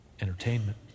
entertainment